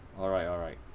alright alright